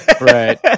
Right